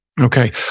Okay